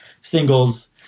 singles